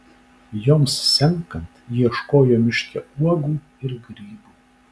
joms senkant ieškojo miške uogų ir grybų